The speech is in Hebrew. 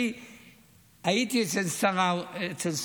אני הייתי אצל שר האוצר.